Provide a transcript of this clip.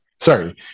sorry